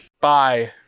Bye